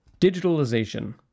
Digitalization